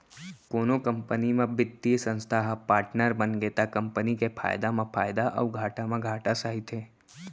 कोनो कंपनी म बित्तीय संस्था ह पाटनर बनगे त कंपनी के फायदा म फायदा अउ घाटा म घाटा सहिथे